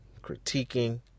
critiquing